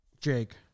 Jake